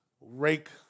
rake